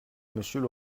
monsieur